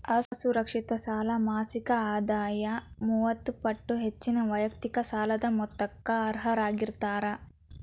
ಅಸುರಕ್ಷಿತ ಸಾಲ ಮಾಸಿಕ ಆದಾಯದ ಮೂವತ್ತ ಪಟ್ಟ ಹೆಚ್ಚಿನ ವೈಯಕ್ತಿಕ ಸಾಲದ ಮೊತ್ತಕ್ಕ ಅರ್ಹರಾಗಿರ್ತಾರ